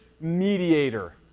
mediator